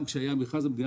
גם כשהיה מכרז של המדינה